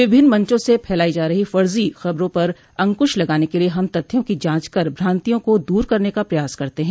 विभिन्न मंचों से फैलाई जा रही फर्जी खबरों पर अंकुश लगाने के लिए हम तथ्यों की जांच कर भ्रान्तियों को दूर करने का प्रयास करते हैं